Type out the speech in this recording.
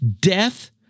death